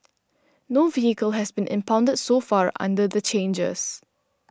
no vehicle has been impounded so far under the changes